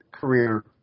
career